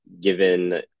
given